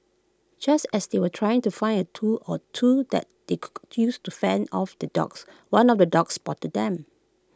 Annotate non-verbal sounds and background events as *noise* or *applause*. just as they were trying to find A tool or two that they *noise* to use to fend off the dogs one of the dogs spotted them